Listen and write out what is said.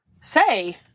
say